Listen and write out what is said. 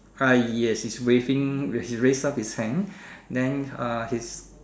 uh yes he's raising raise he raise up his hand then uh his